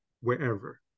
wherever